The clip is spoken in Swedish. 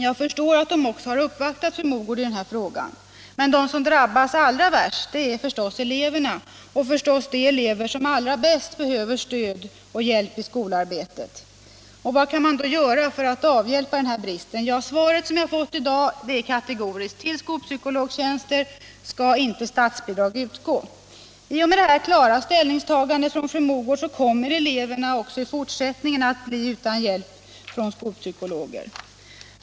Jag förstår att psykologerna också har uppvaktat fru Mogård i denna fråga. Men de som drabbas allra värst är ändock eleverna och givetvis de elever som allra bäst behöver stöd och hjälp i skolarbetet. Vad kan man då göra för att avhjälpa denna brist? Svaret som jag fått i dag är kategoriskt: Till skolpsykologtjänster skall statsbidrag inte utgå. I och med detta klara ställningstagande från fru Mogårds sida kommer eleverna också i fortsättningen att bli utan hjälp av skolpsykologer.